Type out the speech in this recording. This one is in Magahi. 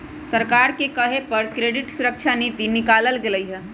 सरकारे के कहे पर क्रेडिट सुरक्षा नीति निकालल गेलई ह